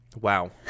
wow